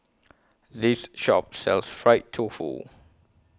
This Shop sells Fried Tofu